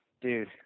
dude